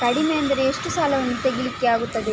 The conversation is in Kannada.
ಕಡಿಮೆ ಅಂದರೆ ಎಷ್ಟು ಸಾಲವನ್ನು ತೆಗಿಲಿಕ್ಕೆ ಆಗ್ತದೆ?